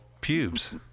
pubes